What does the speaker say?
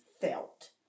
felt